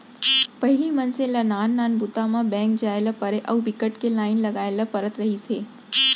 पहिली मनसे ल नान नान बूता म बेंक जाए ल परय अउ बिकट के लाईन लगाए ल परत रहिस हे